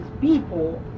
people